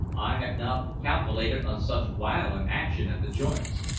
i had not calkilated on such wiolent action at the joints.